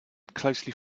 closely